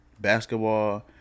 Basketball